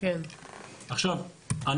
בסדר.